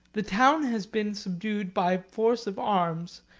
the town has been subdued by force of arms,